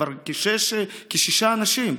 כשישה אנשים.